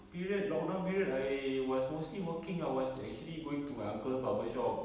period lockdown period I was mostly working I was actually going to my uncle's barber shop